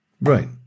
Right